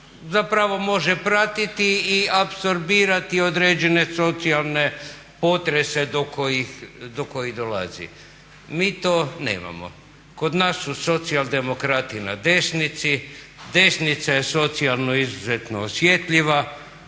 zapravo može pratiti i apsorbirati određene socijalne potrese do kojih dolazi. Mi to nemamo. Kod nas su socijaldemokrati na desnici, desnica je socijalno izuzetno osjetljiva,